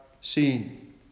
seen